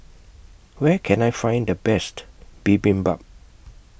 Where Can I Find The Best Bibimbap